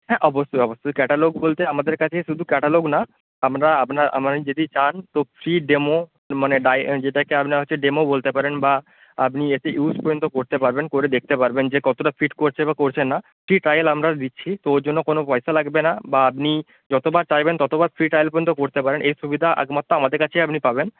হ্যাঁ অবশ্যই অবশ্যই ক্যাটালগ বলতে আমাদের কাছে শুধু ক্যাটালগ না আমরা আপনার আপনারা যদি চান তো ফ্রি ডেমো মানে গায়ে যেটাকে আপনার হচ্ছে ডেমো বলতে পারেন বা আপনি এটি ইউজ পর্যন্ত করতে পারবেন করে দেখতে পারবেন যে কতটা ফিট করছে বা করছে না ফ্রি ট্রায়াল আমরা দিচ্ছি তো ওর জন্য কোনও পয়সা লাগবে না বা আপনি যতবার চাইবেন ততোবার ফ্রি ট্রায়াল পর্যন্ত করতে পারেন এর সুবিধা একমাত্র আমাদের কাছেই আপনি পাবেন